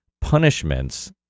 punishments